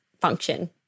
function